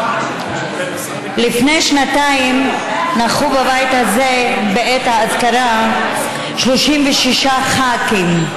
לפני שנתיים נכחו בבית הזה בעת האזכרה 36 ח"כים.